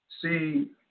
See